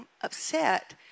upset